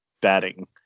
batting